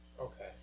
Okay